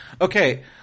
okay